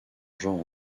genre